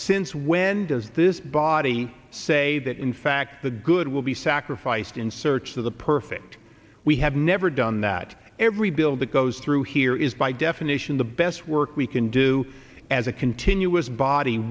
since when does this body say that in fact the good will be sacrificed in search of the perfect we have never done that every bill that goes through here is by definition the best work we can do as a continuous body